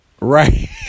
right